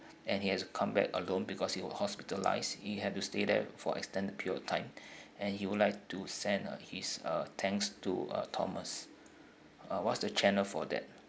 and he has come back alone because he was hospitalised he had to stay there for extended period of time and he would like to send uh his uh thanks to uh thomas uh what's the channel for that